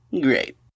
Great